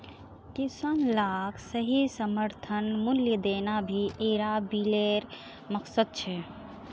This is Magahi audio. किसान लाक सही समर्थन मूल्य देना भी इरा बिलेर मकसद छे